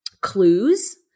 clues